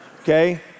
okay